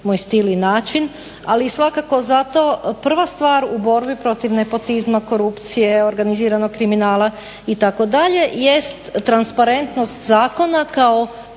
moj stil i način, ali svakako zato prva stvar u borbi protiv nepotizma, korupcije, organiziranog kriminala itd. jest transparentnost zakona kao